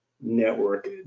network